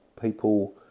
people